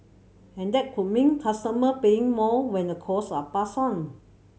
and that could mean customer paying more when the costs are passed on